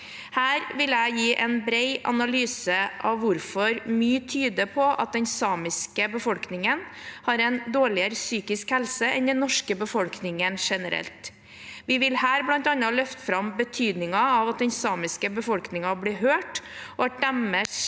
Her vil jeg gi en bred analyse av hvorfor mye tyder på at den samiske befolkningen har en dårligere psykisk helse enn den norske befolkningen generelt. Vi vil her bl.a. løfte fram betydningen av at den samiske befolkningen blir hørt, og at deres